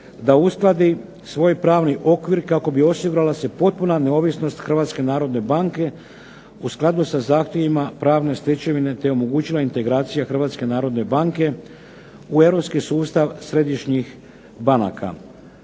da uskladi svoj pravni okvir kako bi se osigurala potpuna neovisnost Hrvatske narodne banke u skladu sa zahtjevima pravne stečevine te omogućila integracija Hrvatske narodne banke u europski sustav središnjih banaka.